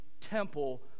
temple